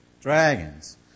dragons